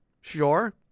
Sure